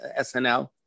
SNL